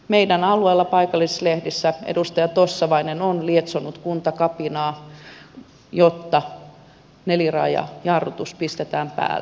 meidän alueella paikallislehdissä edustaja tossavainen on lietsonut kuntakapinaa jotta neliraajajarrutus pistetään päälle